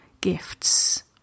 gifts